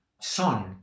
son